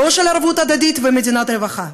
לא של ערבות הדדית ומדינת רווחה,